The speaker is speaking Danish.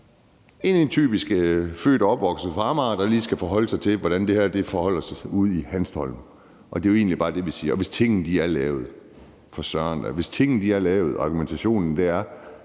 en, der er født og opvokset på Amager og lige skal forholde sig til, hvordan det her forholder sig ude i Hanstholm. Det er jo egentlig bare det, vi siger. Hvis tingene er lavet og argumentationen er,